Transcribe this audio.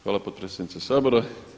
Hvala potpredsjednice Sabora.